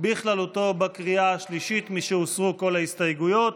בכללותו בקריאה השלישית, משהוסרו כל ההסתייגויות.